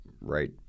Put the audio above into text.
right